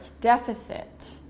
deficit